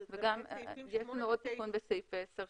יש לנו עוד תיקון לסעיף 10,